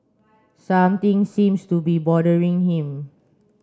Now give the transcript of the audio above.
something seems to be bothering him